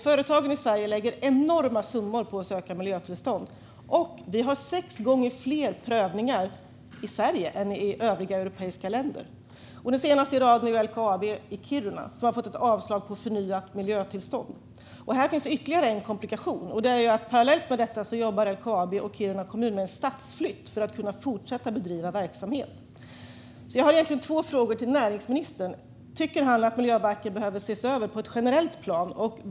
Företagen i Sverige lägger enorma summor på att söka miljötillstånd. Vi har sex gånger fler prövningar i Sverige än i övriga europeiska länder. Den senaste i raden gäller LKAB i Kiruna, som har fått avslag på sin ansökan om förnyat miljötillstånd. Här finns ytterligare en komplikation, nämligen att LKAB och Kiruna kommun parallellt med detta jobbar med en stadsflytt för att kunna fortsätta bedriva verksamhet. Jag har två frågor till näringsministern. Tycker han att miljöbalken behöver ses över på ett generellt plan?